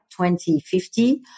2050